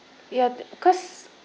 ya because